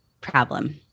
problem